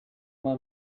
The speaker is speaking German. man